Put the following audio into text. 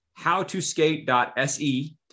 howtoskate.se